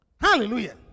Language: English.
Hallelujah